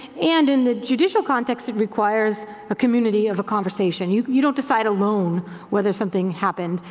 and in the judicial context, it requires a community of a conversation. you you don't decide alone whether something happened.